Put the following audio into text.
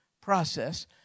process